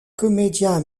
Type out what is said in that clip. comédiens